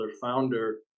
founder